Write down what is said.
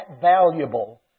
valuable